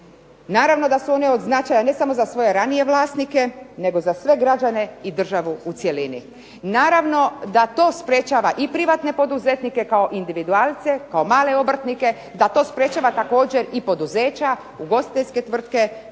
Naravno da su one od značaja ne samo za svoje ranije vlasnike, nego za sve građane i državu u cjelini. Naravno da to sprečava i privatne poduzetnike kao individualce, kao male obrtnike da to sprečava također i poduzeća, ugostiteljske tvrtke